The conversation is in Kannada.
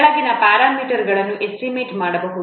ಕೆಳಗಿನ ಪ್ಯಾರಾಮೀಟರ್ಗಳನ್ನು ಎಸ್ಟಿಮೇಟ್ ಮಾಡಬಹುದು